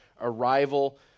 arrival